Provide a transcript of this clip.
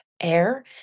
air